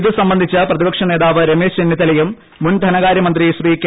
ഇതു സംബന്ധിച്ച് പ്രതിപക്ഷ നേതാവ് രമേശ് ചെന്നിത്തലയും മുൻ ധനകാര്യ മന്ത്രി ശ്രീ കെ